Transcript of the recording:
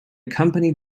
company